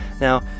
Now